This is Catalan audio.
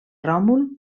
ròmul